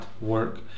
work